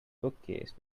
bookcase